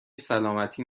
سلامتی